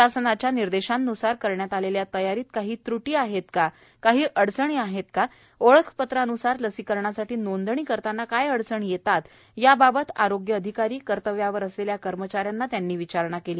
शासनाच्या निर्देशान्सार करण्यात आलेल्या तयारीत काही त्र्ट्या आहेत का काही अडचणी आहेत का ओळखपत्रान्सार लसीकरणासाठी नोंदणी करताना काही अडचणी येत आहेत का याबाबत आरोग्य अधिकारी कर्तव्यावर असलेल्या कर्मचाऱ्यांना विचारणा केली